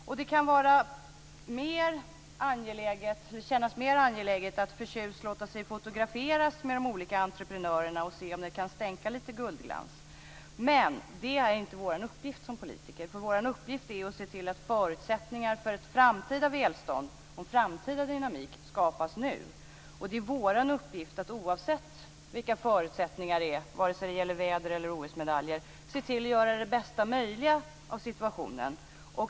Och det kan kännas mer angeläget att förtjust låta sig fotograferas med de olika entreprenörerna för att se om det kan stänka lite guldglans. Men det är inte vår uppgift som politiker, för vår uppgift är att se till att förutsättningar för ett framtida välstånd och framtida dynamik skapas nu. Och det är vår uppgift att oavsett vilka förutsättningar det är, vare sig det gäller väder eller OS-medaljer, se till att göra det bästa möjliga av situationen.